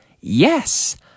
Yes